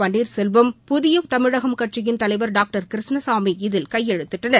பன்ளீர் செல்வம் புதிய தமிழகம் கட்சியின் தலைவர் டாக்டர் கிருஷ்ணசாமி இதில் கையெழுத்திட்டனர்